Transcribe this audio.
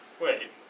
Wait